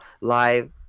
live